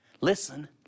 Listen